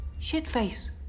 Shitface